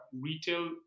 retail